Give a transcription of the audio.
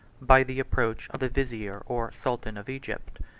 by the approach of the vizier or sultan of egypt,